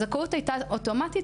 הזכאות הייתה אוטומטית,